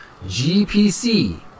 GPC